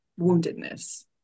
woundedness